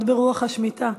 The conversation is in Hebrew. זה מאוד ברוח השמיטה.